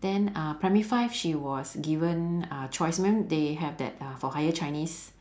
then uh primary five she was given a choice remem~ they have that uh for higher chinese